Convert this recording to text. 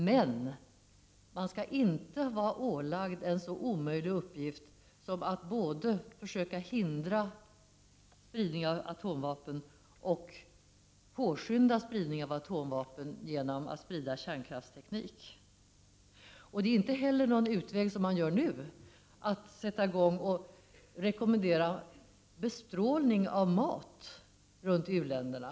Men man skall inte vara ålagd en omöjlig uppgift som att både försöka hindra spridning av atomvapen och påskynda spridningen av atomvapen genom att sprida kärnkraftteknik. Det är inte heller någon utväg, som man gör nu, att rekommendera bestrålning av mat runt om i u-länderna.